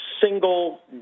single